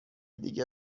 دیگه